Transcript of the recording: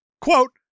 Quote